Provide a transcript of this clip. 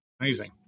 Amazing